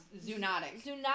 zoonotic